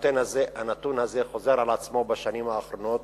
הנתון הזה חוזר על עצמו בשנים האחרונות.